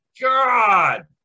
god